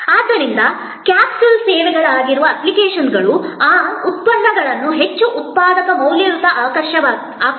ಆದ್ದರಿಂದ ಕ್ಯಾಪ್ಸುಲ್ ಸೇವೆಗಳಾಗಿರುವ ಅಪ್ಲಿಕೇಶನ್ಗಳು ಆ ಉತ್ಪನ್ನಗಳನ್ನು ಹೆಚ್ಚು ಉತ್ಪಾದಕ ಮೌಲ್ಯಯುತ ಆಕರ್ಷಕವಾಗಿ ಮಾಡುತ್ತದೆ